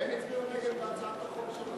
הם הצביעו נגד בהצעת החוק שלך.